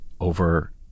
over